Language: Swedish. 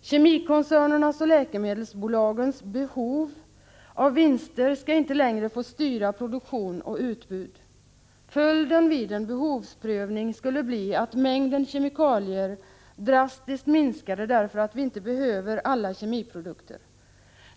Kemikoncernernas och läkemedelsbolagens ”behov” av vinster skall inte längre få styra produktion och utbud. Följden av en behovsprövning skulle bli att mängden kemikalier drastiskt minskade, därför att vi inte behöver alla kemiprodukter.